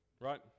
right